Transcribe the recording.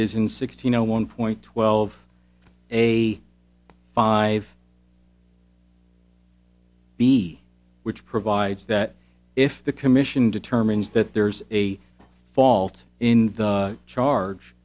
in sixteen zero one point twelve a five b which provides that if the commission determines that there's a fault in charge